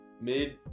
mid